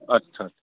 आच्चा